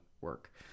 work